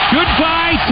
Goodbye